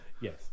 Yes